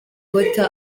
potter